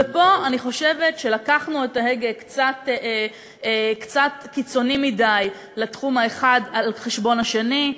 ופה אני חושבת שלקחנו את ההגה קצת קיצוני מדי לתחום האחד על חשבון השני.